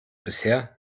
bisher